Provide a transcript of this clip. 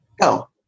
Go